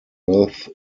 earth